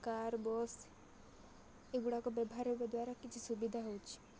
car bus ଏଗୁଡ଼ାକ ବ୍ୟବହାର ହେବା ଦ୍ୱାରା କିଛି ସୁବିଧା ହେଉଛିି